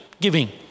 Giving